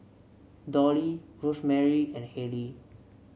Dolly Rosemary and Hayley